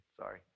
Sorry